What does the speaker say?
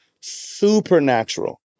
supernatural